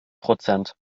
prozent